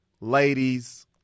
Ladies